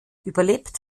überlebt